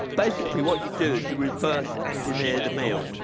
basically, what you do you reverse engineer the meal.